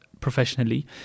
professionally